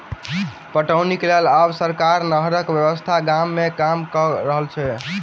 पटौनीक लेल आब सरकार नहरक व्यवस्था गामे गाम क रहल छै